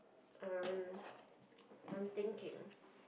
uh I'm thinking